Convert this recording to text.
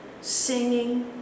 singing